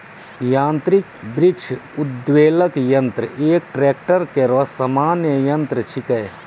यांत्रिक वृक्ष उद्वेलक यंत्र एक ट्रेक्टर केरो सामान्य यंत्र छिकै